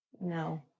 No